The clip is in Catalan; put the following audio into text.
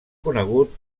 conegut